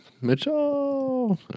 Mitchell